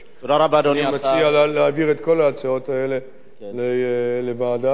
אני מציע להעביר את כל ההצעות האלה לוועדה, כפי